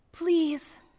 Please